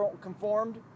conformed